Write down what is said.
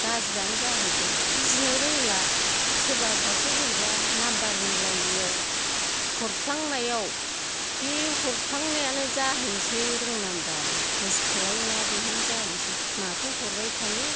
गाज्रियानो जाहैदों बुजिनो रोंला सोरबा सासे बोरैबा नाम्बार मिलायैयाव हरफ्लांनायाव बि हरफ्लांनायानो जाहैसै रंनाम्बार गोस्थोलायनाया बेहायनो जाहैसै माथो हरबाय थायो